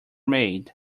made